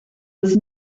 was